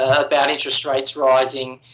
ah about interest rates rising.